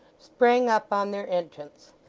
sprang up on their entrance,